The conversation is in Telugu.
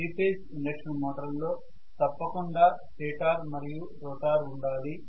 3 ఫేజ్ ఇండక్షన్ మోటార్ల లో తప్పకుండా స్టేటర్ మరియు రోటర్ ఉండాలి